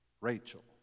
Rachel